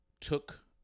took